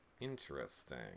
interesting